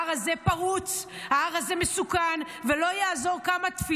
ההר הזה פרוץ, ההר הזה מסוכן, ולא יעזרו תפילות.